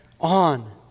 on